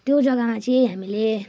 त्यो जग्गामा चाहिँ हामीले